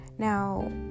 Now